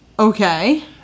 Okay